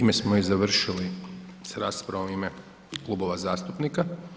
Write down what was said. Time smo i završili s raspravom u ime klubova zastupnika.